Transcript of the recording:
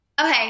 Okay